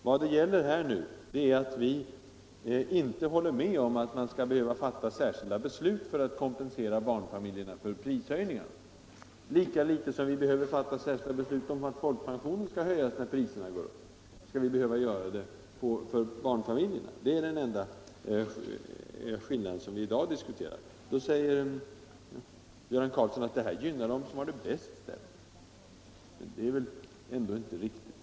Vad det nu gäller är att vi inte håller med om att man skall behöva fatta särskilda beslut för att kompensera barnfamiljerna för prishöjningar, lika litet som vi behöver fatta särskilda beslut om att folkpensionerna skall höjas när priserna går upp. Det är den skillnaden som vi i dag diskuterar. Då säger herr Karlsson i Huskvarna att detta gynnar dem som har det bäst ställt. Det är väl ändå inte riktigt.